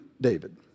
David